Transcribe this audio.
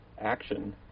action